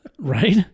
right